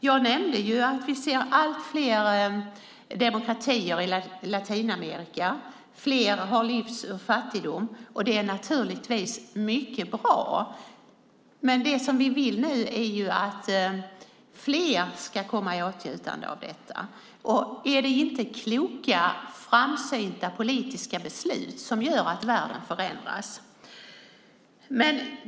Jag nämnde att vi ser allt fler demokratier i Latinamerika och att fler har lyfts ur fattigdom. Det är naturligtvis mycket bra, men det vi nu vill är att fler ska komma i åtnjutande av detta. Är det inte kloka, framsynta politiska beslut som gör att världen förändras?